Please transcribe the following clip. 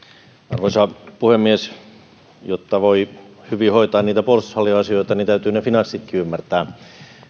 arvoisa puhemies jotta voi hyvin hoitaa puolustushallinnon asioita niin täytyy ne finanssitkin ymmärtää